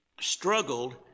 struggled